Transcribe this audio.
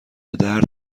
درد